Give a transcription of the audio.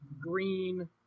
green